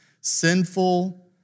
sinful